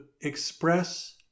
express